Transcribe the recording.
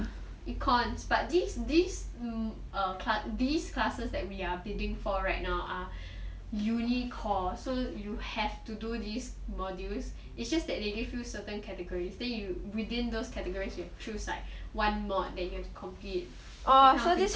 econs but this this these classes that we are bidding for right now are uni cores so you have to do these modules it's just that they give you certain categories then you within those categories you choose like one mod that you have to complete that kind of thing